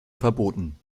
verboten